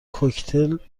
کوکتل